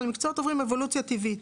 אלא מקצועות עוברים אבולוציה טבעית.